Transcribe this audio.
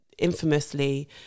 infamously